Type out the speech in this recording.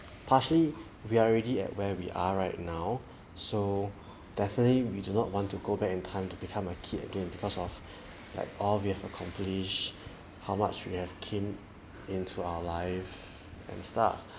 partially we're already at where we are right now so definitely we do not want to go back in time to become a kid again because of like all we have accomplished how much you have came into our life and stuff